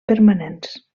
permanents